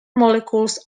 molecules